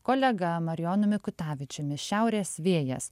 kolega marijonu mikutavičiumi šiaurės vėjas